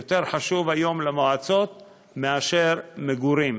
יותר חשוב היום למועצות מאשר מגורים,